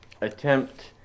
attempt